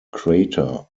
crater